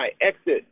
exit